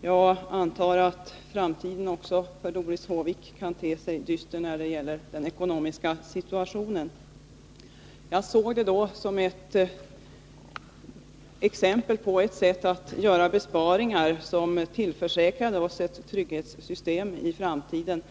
Jag antar att framtiden även för Doris Håvik kan te sig dyster när det gäller den ekonomiska situationen. De besparingsförslag som röstades igenom under vårens riksmöte såg jag som exempel på besparingar som tillförsäkrade oss ett trygghetssystem i framtiden.